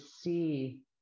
see